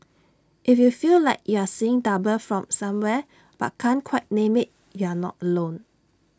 if you feel like you're seeing double from somewhere but can't quite name IT you're not alone